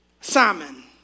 Simon